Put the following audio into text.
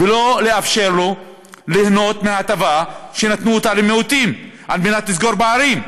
ולא לאפשר לו ליהנות מהטבה שנתנו למיעוטים על מנת לסגור פערים.